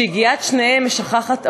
שיגיעת שניהם משכחת עוון.